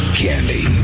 candy